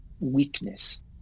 weakness